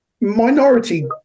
minority